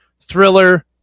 Thriller